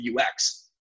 UX